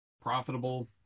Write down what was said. Profitable